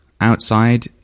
outside